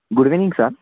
good evening sir